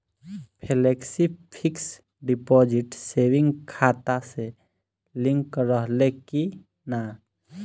Flexi fix deposit saving खाता से link रहले कि ना?